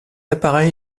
appareil